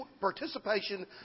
participation